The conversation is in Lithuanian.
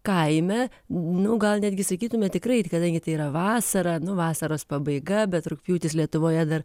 kaime nu gal netgi sakytume tikrai kadangi tai yra vasara nu vasaros pabaiga bet rugpjūtis lietuvoje dar